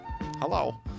hello